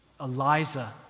Eliza